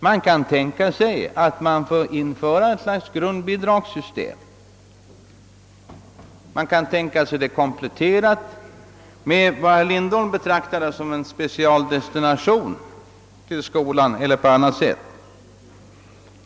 Man kan tänka sig att införa ett slags grundbidragssystem, som kompletteras med vad herr Lindholm kallade en specialdestination till skolan och vissa andra områden.